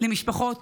למשפחות